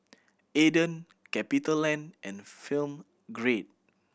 Aden CapitaLand and Film Grade